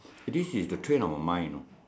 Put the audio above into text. this is the train of mind know